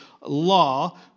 law